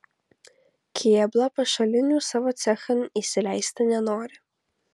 kėbla pašalinių savo cechan įsileisti nenori